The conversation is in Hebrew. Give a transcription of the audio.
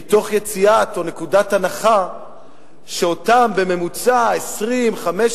מתוך הנחה שאותם 20,000,